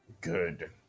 Good